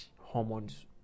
hormones